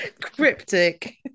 Cryptic